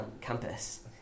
campus